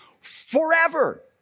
forever